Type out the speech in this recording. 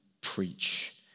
preach